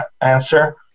answer